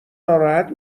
ناراحت